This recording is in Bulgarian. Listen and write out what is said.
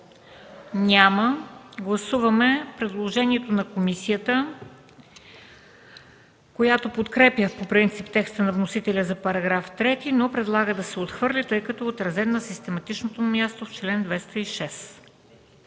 Няма. Гласуваме предложението на комисията, която подкрепя по принцип текста на вносителя за § 5, но предлага да се отхвърли, тъй като е отразен на систематичното му място в чл. 206.